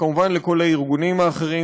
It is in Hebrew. וכמובן לכל הארגונים האחרים,